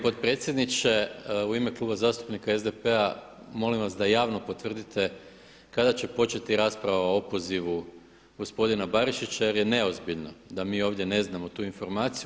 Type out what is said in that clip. potpredsjedniče, u ime Kluba zastupnika SDP-a molim vas da javno potvrdite kada će početi rasprava o opozivu gospodina Barišića, jer je neozbiljno da mi ovdje ne znamo tu informaciju.